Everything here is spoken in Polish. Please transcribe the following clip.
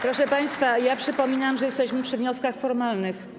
Proszę państwa, przypominam, że jesteśmy przy wnioskach formalnych.